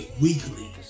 weekly